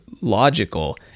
logical